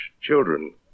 children